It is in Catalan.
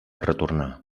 retornar